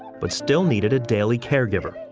but still needed a daily caregiver.